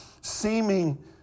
seeming